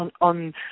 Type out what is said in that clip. on